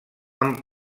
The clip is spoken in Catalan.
amb